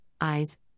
eyes